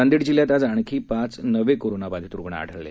नांदेड जिल्ह्यात आज अणखीन पाच नवे कोरोनाबाधीत रूग्ण आढळले